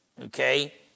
Okay